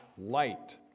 light